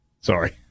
Sorry